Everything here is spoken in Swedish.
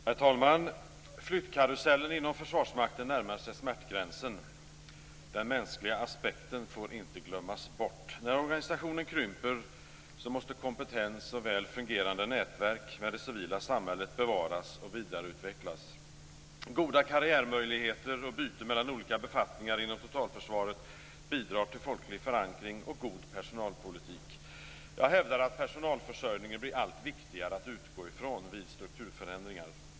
Herr talman! Flyttkarusellen inom Försvarsmakten närmar sig smärtgränsen, och den mänskliga aspekten får inte glömmas bort. När organisationen krymper måste kompetens och väl fungerande nätverk med det civila samhället bevaras och vidareutvecklas. Goda karriärmöjligheter och byte mellan olika befattningar inom totalförsvaret bidrar till folklig förankring och god personalpolitik. Jag hävdar att personalförsörjningen blir allt viktigare att utgå ifrån vid strukturförändringar.